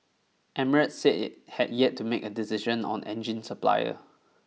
Emirates said it had yet to make a decision on engine supplier